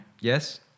Yes